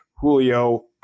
Julio